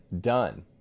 done